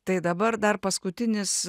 tai dabar dar paskutinis